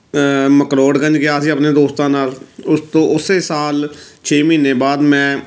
ਮਕਲੋਡਗੰਜ ਗਿਆ ਸੀ ਆਪਣੇ ਦੋਸਤਾਂ ਨਾਲ ਉਸ ਤੋਂ ਉਸੇ ਸਾਲ ਛੇ ਮਹੀਨੇ ਬਾਅਦ ਮੈਂ